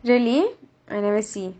really I never see